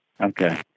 Okay